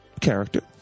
character